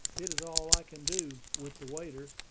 it is all i can do, with the waiter,